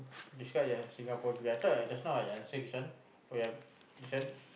describe your Singapore dream I thought just now I say this one oh ya this one